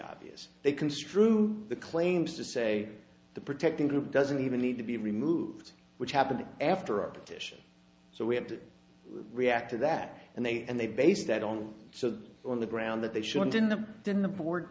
obvious they construe the claims to say the protecting group doesn't even need to be removed which happened after a petition so we have to react to that and they and they base that on so on the ground that they shouldn't in the in the board